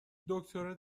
دکتره